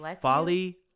Folly